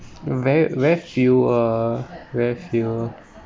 very very few uh very few